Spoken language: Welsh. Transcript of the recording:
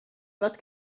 fod